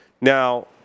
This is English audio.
Now